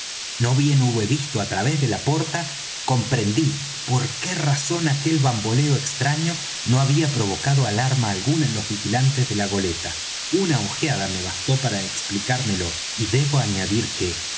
no bien hube visto á través de la porta comprendí por qué razón aquel bamboleo extraño no había provocado alarma alguna en los vigilantes de la goleta una ojeada me bastó para explicármelo y debo añadir que